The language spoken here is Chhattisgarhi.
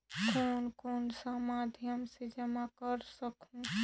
कौन कौन सा माध्यम से जमा कर सखहू?